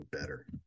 better